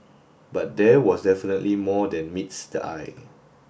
but there was definitely more than meets the eye